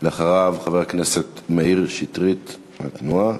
אחריו, חבר הכנסת מאיר שטרית, מהתנועה,